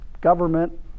government